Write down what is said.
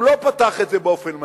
הוא לא פתח את זה באופן מלא,